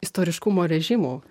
istoriškumo režimų